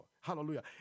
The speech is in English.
Hallelujah